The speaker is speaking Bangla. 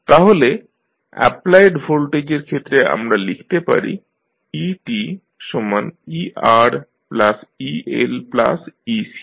তাহলে অ্যাপ্লায়েড ভোল্টেজের ক্ষেত্রে আমরা লিখতে পারি eteReLec